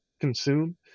consume